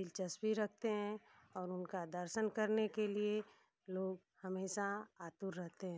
दिलचस्पी रखते हैं और उनका दर्शन करने के लिए लोग हमेशा आतुर रहते हैं